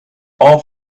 all